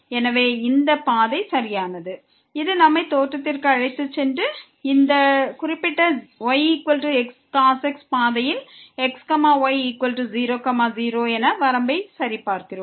எனவே இந்த பாதை சரியானது இது நம்மை தோற்றத்திற்கு அழைத்துச் சென்று இந்த குறிப்பிட்ட yxcos x பாதையில் x y00 என்ற வரம்பை சரிபார்க்கிறோம்